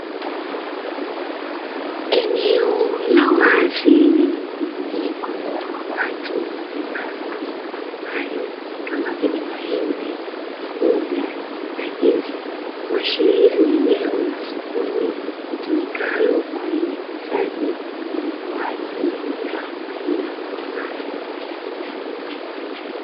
Eneo la wazi lenye mjumuiko wa watu na bidhaa za aina mbalimbali kama vile: maembe, maboga, na ndizi, kuashiria ni eneo la sokoni litumikalo kwaajili ya uuzaji na ununuaji wa bidhaa za aina mablimbali.